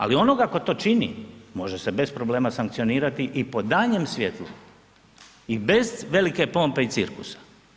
Ali onoga tko to čini može se bez problema sankcionirati i po danjem svjetlu i bez velike pompe i cirkusa.